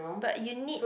but you need